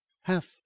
half